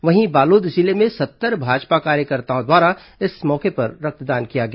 वहीं बालोद जिले में सत्तर भाजपा कार्यकर्ताओं द्वारा इस मौके पर रक्तदान किया गया